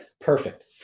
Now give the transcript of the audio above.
Perfect